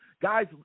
guys